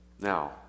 Now